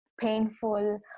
painful